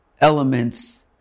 elements